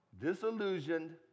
disillusioned